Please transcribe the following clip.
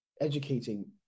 educating